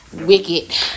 Wicked